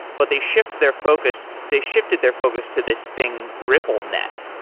but they shift their focused they shifted their focus to this thing, ripple net,